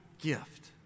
gift